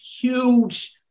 huge